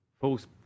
False